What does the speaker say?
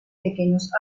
pequeños